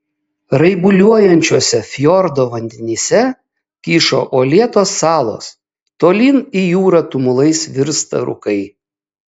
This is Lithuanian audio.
raibuliuojančiuose fjordo vandenyse kyšo uolėtos salos tolyn į jūrą tumulais virsta rūkai